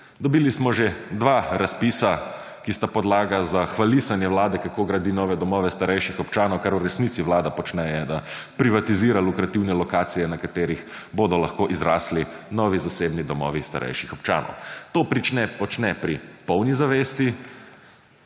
Dobili smo že 2 razpisa, ki sta podlaga za hvalisanje Vlade kako gradi nove domove starejših občanov, kar v resnici Vlada počne je, da privatizira / nerazumljivo/ lokacije, na katerih bodo lahko izrasli novi zasebni domovi starejših občanov. To počne pri polni zavesti